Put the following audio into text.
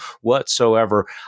whatsoever